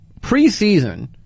preseason